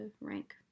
rank